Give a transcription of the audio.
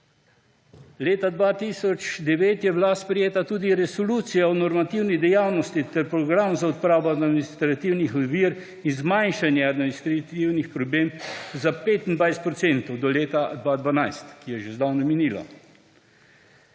Leta 2009 je bila sprejeta tudi resolucija o normativni dejavnosti ter program za odpravo administrativnih ovir in zmanjšanje administrativnih …/nerazumljivo/ za 25 % do leta 2012, ki je že zdavnaj minilo.